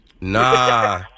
Nah